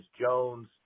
Jones